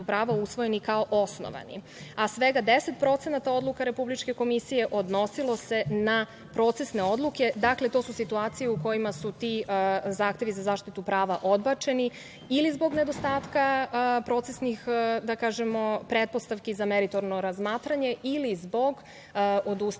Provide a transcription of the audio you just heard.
prava usvojeni kao osnovani, a svega 10% odluka Republičke komisije odnosilo se na procesne odluke. Dakle, to su situacije u kojima su ti zahtevi za zaštitu prava odbačeni ili zbog nedostatka procesnih pretpostavki za meritorno razmatranje ili zbog odustanka